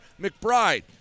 McBride